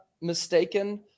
mistaken